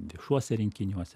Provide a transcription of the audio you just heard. viešuose renginiuose